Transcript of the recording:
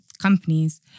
companies